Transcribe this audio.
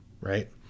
right